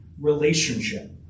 relationship